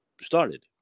started